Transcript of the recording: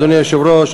אדוני היושב-ראש,